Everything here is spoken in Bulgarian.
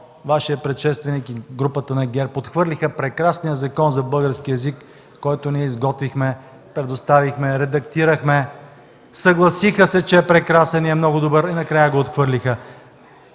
Вашият предшественик и групата на ГЕРБ отхвърлиха прекрасния Закон за българския език, който ние изготвихме, предоставихме, редактирахме, съгласиха се, че е прекрасен и е много добър и накрая го отхвърлиха.